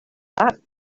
that